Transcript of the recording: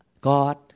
God